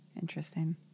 Interesting